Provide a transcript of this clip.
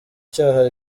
cyaha